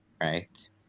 right